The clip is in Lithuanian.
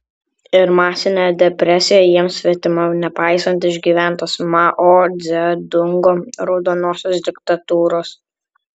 ir masinė depresija jiems svetima nepaisant išgyventos mao dzedungo raudonosios diktatūros